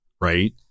right